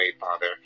Father